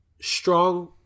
strong